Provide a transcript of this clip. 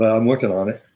i'm working on it.